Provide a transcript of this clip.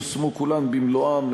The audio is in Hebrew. יושמו כולן במלואן,